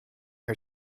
her